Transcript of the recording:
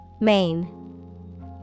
Main